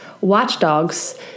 watchdogs